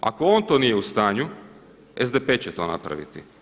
Ako on to nije u stanju, SDP će to napraviti.